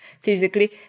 physically